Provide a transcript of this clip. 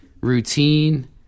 routine